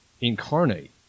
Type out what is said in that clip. incarnate